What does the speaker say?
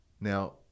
now